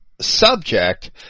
subject